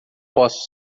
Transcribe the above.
posso